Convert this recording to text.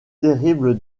terrible